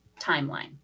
timeline